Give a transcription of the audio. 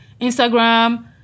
Instagram